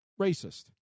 racist